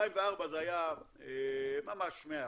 ב-2004 זה היה ממש 100%,